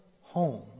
home